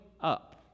up